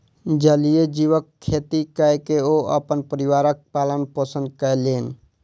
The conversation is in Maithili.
जलीय जीवक खेती कय के ओ अपन परिवारक पालन पोषण कयलैन